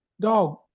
dog